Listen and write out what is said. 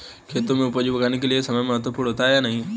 खेतों में उपज उगाने के लिये समय महत्वपूर्ण होता है या नहीं?